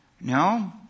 No